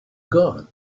gone